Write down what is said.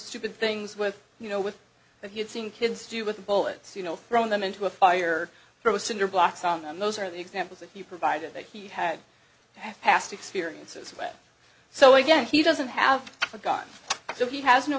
stupid things with you know with that he had seen kids do with bullets you know throwing them into a fire from a cinder blocks on them those are the examples that you provided that he had past experiences so again he doesn't have a gun so he has no